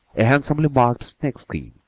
a handsomely marked snake skin,